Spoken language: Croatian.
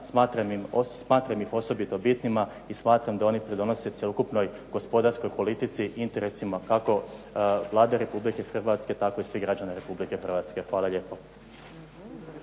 Smatram ih osobito bitnima i smatram da oni pridonose cjelokupnoj gospodarskoj politici, interesima kako Vlade Republike Hrvatske tako i svih građana Republike Hrvatske. Hvala lijepo.